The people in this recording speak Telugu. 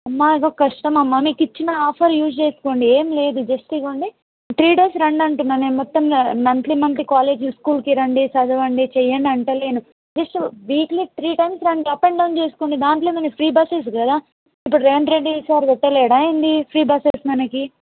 అమ్మ ఇక కష్టం అమ్మ మీకు ఇచ్చిన ఆఫర్ యూజ్ చేసుకోండి ఏం లేదు జస్ట్ ఇదిగోండి త్రీ డేస్ రండి అంటున్నాను నేను మొత్తంగా మంత్లీ మంత్లీ కాలేజ్కి స్కూల్కి రండి చదవండి చేయండి అంటలేను జస్ట్ వీక్లీ త్రీ టైమ్స్ రండి అప్ అండ్ డౌన్ చేసుకోండి దాంట్లో మనవి ఫ్రీ బస్సెస్ కదా ఇప్పుడు రేవంత్ రెడ్డి సార్ పెట్టలేడా ఏంది ఫ్రీ బసెస్ మనకి